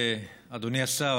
אדוני השר,